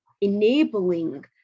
enabling